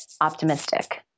optimistic